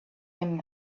him